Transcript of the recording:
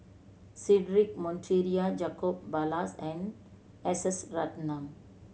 Cedric Monteiro Jacob Ballas and S S Ratnam